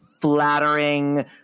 flattering